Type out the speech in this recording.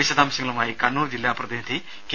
വിശദാംശങ്ങളുമായി കണ്ണൂർ ജില്ലാ പ്രതിനിധി കെ